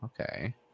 okay